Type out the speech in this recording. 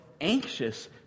anxious